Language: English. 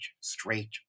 straight